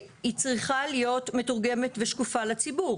היא צריכה להיות מתורגמת ושקופה לציבור.